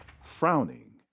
Frowning